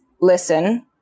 listen